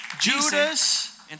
Judas